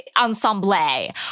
ensemble